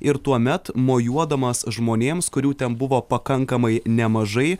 ir tuomet mojuodamas žmonėms kurių ten buvo pakankamai nemažai